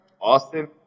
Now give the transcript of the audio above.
Austin